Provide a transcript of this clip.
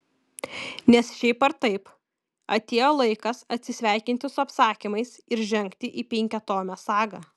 nes šiaip ar taip atėjo laikas atsisveikinti su apsakymais ir žengti į penkiatomę sagą